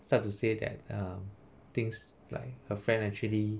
start to say that err things like her friend actually